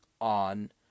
on